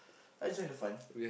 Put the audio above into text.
I enjoy the fun